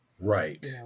Right